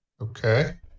Okay